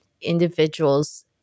individuals